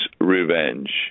revenge